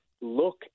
look